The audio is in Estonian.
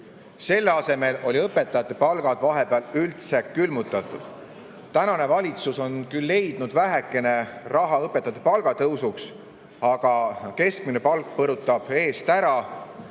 Selle asemel olid õpetajate palgad vahepeal üldse külmutatud. Tänane valitsus on küll leidnud vähekene raha õpetajate palga tõusuks, aga keskmine palk põrutab eest ära.